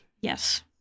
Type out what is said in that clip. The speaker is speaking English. Yes